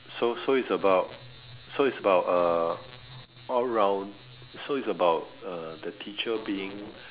so so is about so is about uh all round so is about uh the teacher being